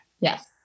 Yes